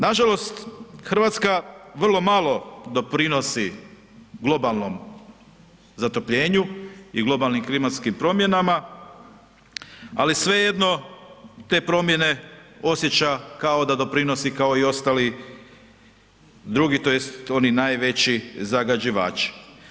Nažalost Hrvatska vrlo malo doprinosi globalnom zatopljenju i globalnim klimatskim promjenama, ali svejedno te promjene osjeća kao da doprinosi kao i ostali drugi tj. oni najveći zagađivači.